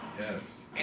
Yes